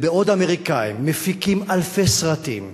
ובעוד האמריקנים מפיקים אלפי סרטים,